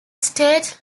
state